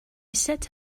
sat